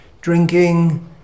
drinking